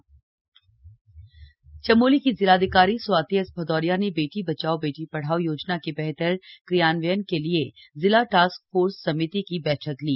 बेटी बचाओ बेटी पढ़ाओ चमोली की जिलाधिकारी स्वाति एस भदौरिया ने बेटी बचाओ बेटी पढ़ाओ योजना के बेहतर क्रियान्वयन के लिए जिला टास्क फोर्स समिति की बैठक ली